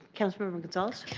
council member gonzales?